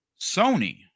Sony